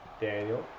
Daniel